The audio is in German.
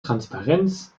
transparenz